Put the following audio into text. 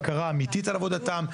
בקרה אמיתית על עבודתם,